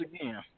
again